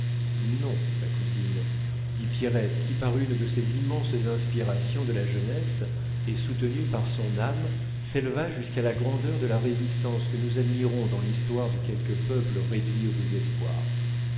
non ma cousine dit pierrette qui par une de ces immenses inspirations de la jeunesse et soutenue par son âme s'éleva jusqu'à la grandeur de la résistance que nous admirons dans l'histoire de quelques peuples réduits au désespoir